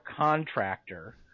contractor